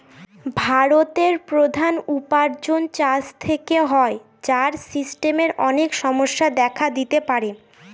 ভারতের প্রধান উপার্জন চাষ থেকে হয়, যার সিস্টেমের অনেক সমস্যা দেখা দিতে পারে